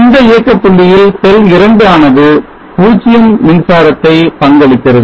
இந்த இயக்கப்புள்ளியில் செல் 2 ஆனது 0 மின்சாரத்தை பங்களிக்கிறது